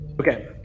Okay